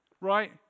Right